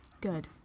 Good